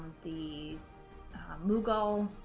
the mughal